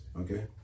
Okay